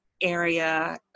area